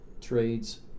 trades